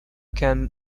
can